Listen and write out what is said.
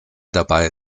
dabei